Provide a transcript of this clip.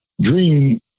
Dream